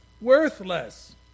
worthless